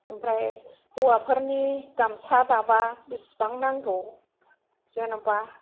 ओमफ्राय हौवाफोरनि गामसा दाबा बिसिबां नांगौ जेनबा